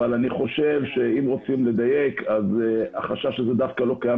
אבל אני חושב שאם רוצים לדייק אז החשש הזה דווקא לא קיים